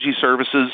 services